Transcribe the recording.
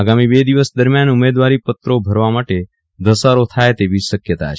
આગામી બે દિવસ દરમિયાન ઉમેદવારી પત્રો ભરવા માટે ધસારો થાય તેવી શક્યતા છે